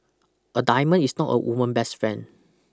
a diamond is not a woman's best friend